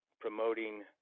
promoting